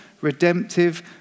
redemptive